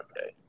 Okay